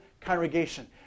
congregation